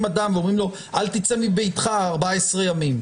אדם ואומרים לו: אל תצא מביתך 14 ימים,